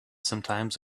sometimes